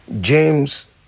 James